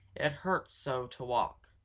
it hurt so to walk.